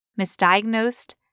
Misdiagnosed